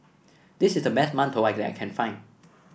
this is the best mantou I that can find